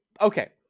okay